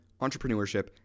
entrepreneurship